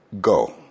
go